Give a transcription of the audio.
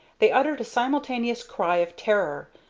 they uttered a simultaneous cry of terror,